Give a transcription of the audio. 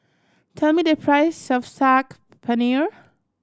tell me the price of Saag Paneer